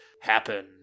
happen